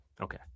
Okay